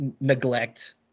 neglect